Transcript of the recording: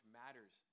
matters